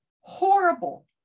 horrible